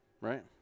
Right